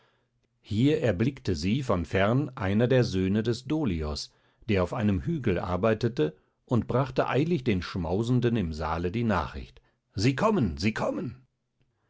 hier erblickte sie von fern einer der söhne des dolios der auf einem hügel arbeitete und brachte eilig den schmausenden im saale die nachricht sie kommen sie kommen